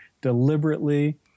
deliberately